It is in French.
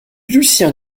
lucien